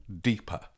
deeper